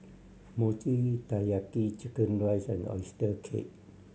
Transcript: Mochi Taiyaki chicken rice and oyster cake